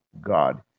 God